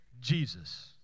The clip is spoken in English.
Jesus